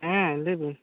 ᱦᱮᱸ ᱞᱟᱹᱭ ᱵᱮᱱ